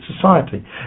society